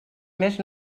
més